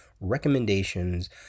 recommendations